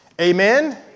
Amen